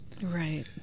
Right